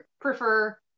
prefer